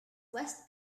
west